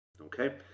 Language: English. Okay